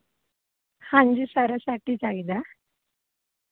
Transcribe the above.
ਹਾਂਜੀ ਸਾਰਾ ਸੈੱਟ ਹੀ ਚਾਹੀਦਾ